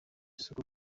isuku